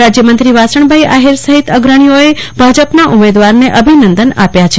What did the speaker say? રાજયમંત્રી વ્રાસણભાઈ આફિર સફીત અગ્રણી ઓએ ભાજપ ઉમેદવાર ને અભિનંદન આપ્યા છે